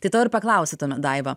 tai to ir paklausiu tuomet daiva